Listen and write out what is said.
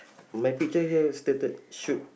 my picture here stated should